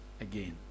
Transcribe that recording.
again